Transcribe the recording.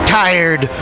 tired